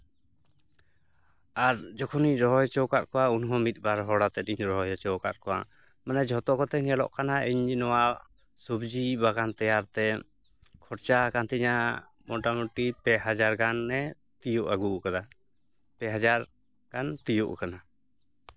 ᱟᱨ ᱡᱚᱠᱷᱚᱱᱤᱧ ᱨᱚᱦᱚᱭ ᱦᱚᱪᱚᱣ ᱟᱠᱟᱫ ᱠᱚᱣᱟ ᱩᱱᱦᱚᱸ ᱢᱤᱫ ᱵᱟᱨ ᱦᱚᱲᱟᱛᱤᱧ ᱨᱚᱦᱚᱭ ᱦᱚᱪᱚᱣᱟᱠᱟᱫ ᱠᱚᱣᱟ ᱢᱟᱱᱮ ᱡᱷᱚᱛᱚ ᱠᱚᱛᱮ ᱧᱮᱞᱚᱜ ᱠᱟᱱᱟ ᱤᱧ ᱱᱚᱣᱟ ᱥᱚᱵᱽᱡᱤ ᱵᱟᱜᱟᱱ ᱛᱮᱭᱟᱨᱛᱮ ᱠᱷᱚᱨᱪᱟ ᱟᱠᱟᱱ ᱛᱚᱧᱟᱹ ᱢᱚᱴᱟᱢᱩᱴᱤ ᱯᱮ ᱦᱟᱡᱟᱨ ᱜᱟᱱᱮ ᱛᱤᱭᱳᱜ ᱟᱜᱩᱣᱟᱠᱟᱫᱟ ᱯᱮ ᱦᱟᱡᱟᱨ ᱜᱟᱱ ᱛᱤᱭᱳᱜ ᱟᱠᱟᱱᱟ